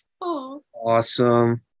Awesome